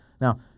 Now